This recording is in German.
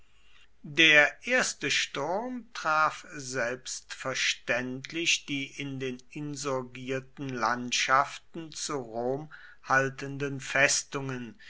der erste sturm traf selbstverständlich die in den insurgierten landschaften zu rom haltenden festungen